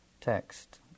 text